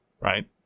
right